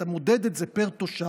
אתה מודד את זה פר תושב,